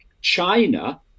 China